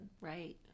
Right